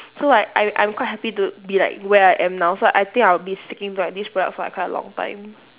so like I'm I'm quite happy to be like where I am now so I think I'll be sticking to like these products for like quite a long time